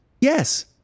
yes